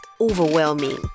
overwhelming